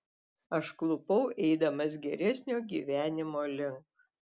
aš klupau eidamas geresnio gyvenimo link